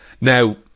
Now